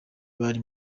bari